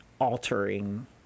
altering